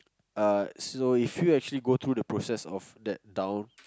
uh so if you actually go through that process of that down